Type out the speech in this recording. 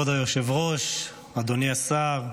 כבוד היושב-ראש, אדוני השר,